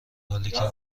حالیکه